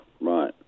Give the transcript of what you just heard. right